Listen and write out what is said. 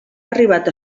arribat